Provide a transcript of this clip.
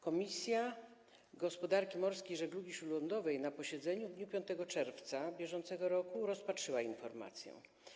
Komisja Gospodarki Morskiej i Żeglugi Śródlądowej na posiedzeniu w dniu 5 czerwca br. rozpatrzyła informację.